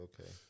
Okay